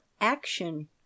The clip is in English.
action